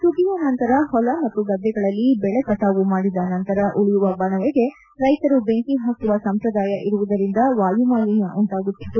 ಸುಗ್ಗಿಯ ನಂತರ ಹೊಲ ಮತ್ತು ಗದ್ದೆಗಳಲ್ಲಿ ಬೆಳೆ ಕಟಾವು ಮಾಡಿದ ನಂತರ ಉಳಿಯುವ ಬಣವೆಗೆ ರೈತರು ಬೆಂಕಿ ಹಾಕುವ ಸಂಪ್ರದಾಯ ಇರುವುದರಿಂದ ವಾಯುಮಾಲಿನ್ದ ಉಂಟಾಗುತ್ತಿತ್ತು